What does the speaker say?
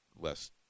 less